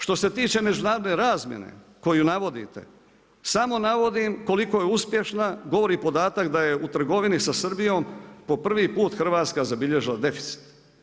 Što se tiče međunarodne razmjene koju navodite, samo navodim koliko je uspješna, govori i podatak da je u trgovini sa Srbijom po prvi put Hrvatska zabilježila deficit.